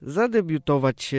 zadebiutować